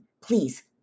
please